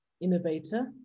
innovator